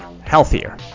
healthier